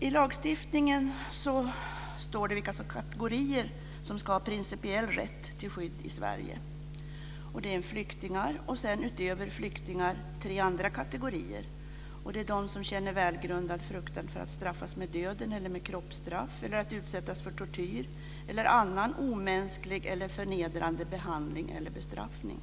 I lagstiftningen anges vilka kategorier som ska ha principiell rätt till skydd i Sverige. Det är fråga om flyktingar och därutöver om tre andra kategorier. Det gäller dem som känner välgrundad fruktan för att straffas med döden eller med kroppsstraff eller att utsättas för tortyr eller annan omänsklig eller förnedrande behandling eller bestraffning.